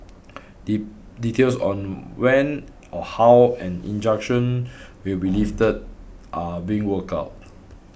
D details on when or how an injunction will be lifted are being worked out